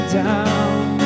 down